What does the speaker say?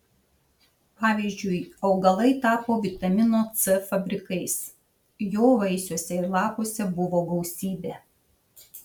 pavyzdžiui augalai tapo vitamino c fabrikais jo vaisiuose ir lapuose buvo gausybė